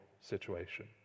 situation